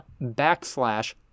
backslash